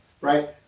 right